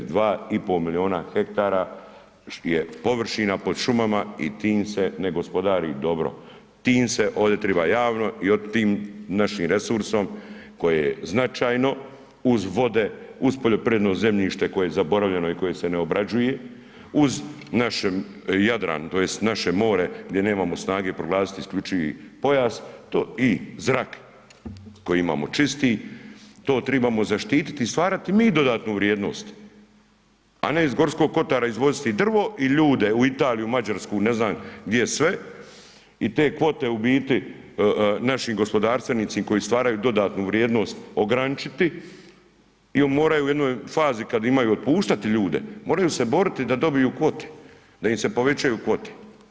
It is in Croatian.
2,5 milijuna ha je površina pod šumama i tim se ne gospodari dobro, tim se ovdje treba javno i tim našim resursom koje je značajno uz vode, uz poljoprivredno zemljište koje je zaboravljeno i koje se ne obrađuje, uz naš Jadran tj. naše more gdje nemamo snage proglasiti isključivi pojas i zrak koji imamo čisti, to trebamo zaštititi i stvarati mi dodatnu vrijednost a ne iz G. kotara izvoziti drvo i ljude u Italiju, u Mađarsku, ne znam gdje sve i te kvote u biti naši gospodarstvenici koji im stvaraju dodatnu vrijednost, ograničiti i moraju u jednoj fazi kad imaju otpuštati ljude, moraju se boriti da dobiju kvote, da im se povećaju kvote.